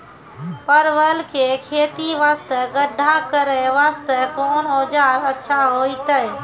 परवल के खेती वास्ते गड्ढा करे वास्ते कोंन औजार अच्छा होइतै?